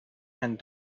and